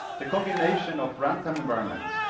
the combination of run time environments,